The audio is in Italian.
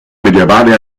medievale